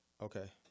Okay